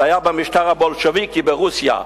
זה היה במשטר הבולשביקי ברוסיה,